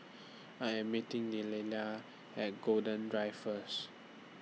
I Am meeting Delilah At Golden Drive First